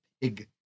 pig